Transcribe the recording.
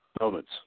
moments